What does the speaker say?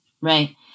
right